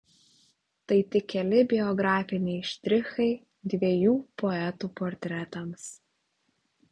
tai tik keli biografiniai štrichai dviejų poetų portretams